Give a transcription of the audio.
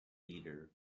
leader